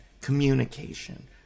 communication